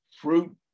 fruit